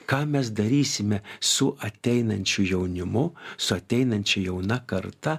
ką mes darysime su ateinančiu jaunimu su ateinančia jauna karta